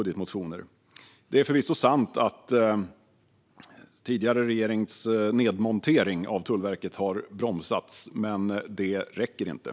Det är förvisso sant att tidigare regerings nedmontering av Tullverket har bromsats, men det räcker inte.